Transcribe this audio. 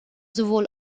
sowohl